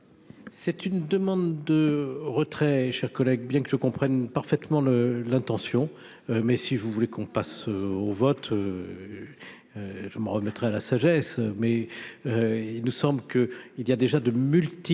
C'est une demande de retrait, chers collègues, bien que je comprenne parfaitement le l'intention mais si vous voulez qu'on passe au vote, je m'en remettrai à la sagesse, mais il nous semble que il y a déjà de multiples